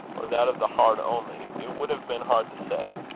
or that of the heart only, it would have been hard to say.